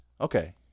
Okay